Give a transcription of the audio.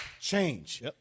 change